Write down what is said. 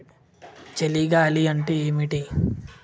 చలి గాలి అంటే ఏమిటి?